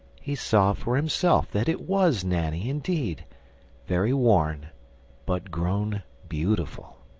he saw for himself that it was nanny indeed very worn but grown beautiful.